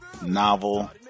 novel